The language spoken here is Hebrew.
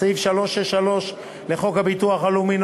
סעיף 363 לחוק הביטוח הלאומי ,